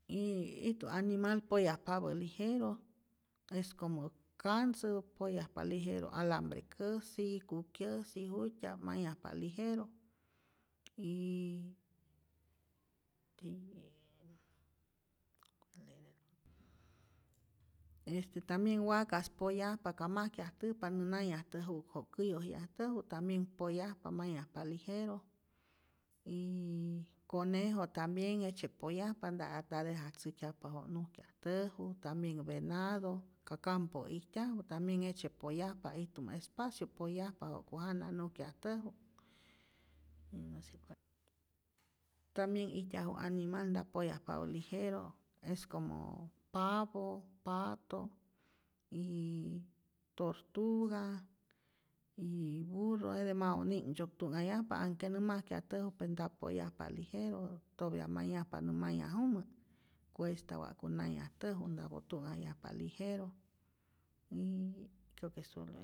Y ijtu animal poyajpapä lijero, es como kantzä poyajpa lijero alambre'käsi, kukyäsi jut'tya'p mayajpa lijero, yy tiyä je este tambien wakas poyajpa ka majkyajtäjpa nä nanhyajtäju'k wa käyojyajtäju tambien poyajpa, mayajpa lijero y conejo tambien jejtzye poyajpa nta a ta dejatzäjkyajpa wa nujkyajtäju, tambien venado ka campo'o ijtyaju tambien jejtzye poyajpa, ijtumä espacio poyajpa wa'ku jana nujkyajtäju, no se cual, tambien ijtyaju animal nta poyajpapä lijero es como pavo, pato, y tortuga y burro, jete mau ni'knhtzyok tu'nhajyajpa anhke nä majkyajtäju pero nta poyajpa lijero, topya mayajpa nä mayajumä, cuesta wa'ku nayajtäju, ntapo tu'nhajyajpa lijero, yy creo que solo eso.